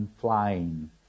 flying